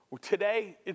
Today